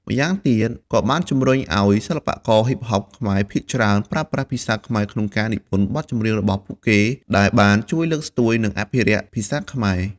ម្យ៉ាងទៀត ក៏បានជំរុញអោយ សិល្បករ ហ៊ីបហប ខ្មែរភាគច្រើនប្រើប្រាស់ភាសាខ្មែរក្នុងការនិពន្ធបទចម្រៀងរបស់ពួកគេ ដែលបានជួយលើកស្ទួយ និងរក្សាភាសាខ្មែរ។